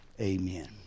Amen